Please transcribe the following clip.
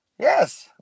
Yes